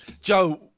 Joe